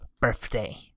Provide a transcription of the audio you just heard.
birthday